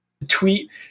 Tweet